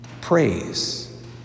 Praise